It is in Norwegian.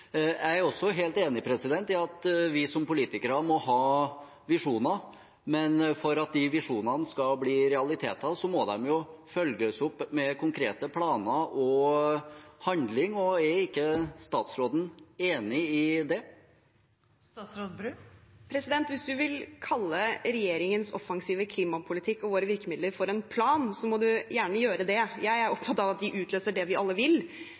Jeg er også helt enig i at vi som politikere må ha visjoner, men for at de visjonene skal bli realiteter, må de jo følges opp med konkrete planer og handling. Er ikke statsråden enig i det? Hvis man vil kalle regjeringens offensive klimapolitikk og våre virkemidler for en plan, må man gjerne gjøre det. Jeg er opptatt av at de utløser det vi alle vil.